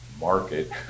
market